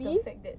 the fact that